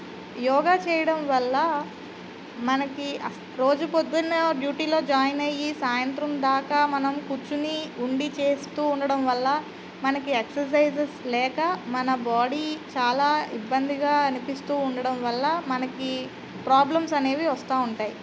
యోగా చేయడం వల్ల మనకి రోజు పొద్దున్న డ్యూటీలో జాయిన్ అయ్యి సాయంత్రం దాకా మనం కూర్చుని ఉండి చేస్తూ ఉండటం వల్ల మనకి ఎక్ససైజెస్ లేక మన బాడీ చాలా ఇబ్బందిగా అనిపిస్తూ ఉండడం వల్ల మనకి ప్రోబ్లమ్స్ అనేవి వస్తూ ఉంటాయి